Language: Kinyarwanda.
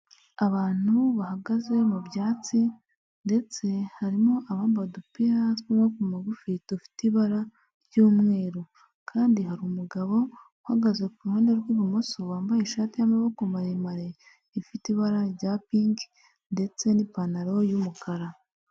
Abantu bahagaze mu byatsi ndetse harimo abambaye udupira tw'amaboko magufi dufite ibara ry'umweru, kandi hari umugabo uhagaze ku ruhande rw'ibumoso wambaye ishati y'amaboko maremare ifite ibara rya pinki ndetse n'ipantaro y'umukara.